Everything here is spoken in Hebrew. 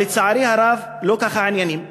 אבל, לצערי הרב, לא כך העניינים.